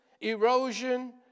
Erosion